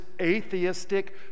atheistic